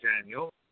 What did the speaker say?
Daniel